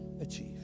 achieve